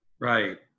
right